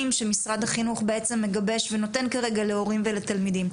שמשרד החינוך בעצם מגבש ונותן כרגע להורים ולתלמידים,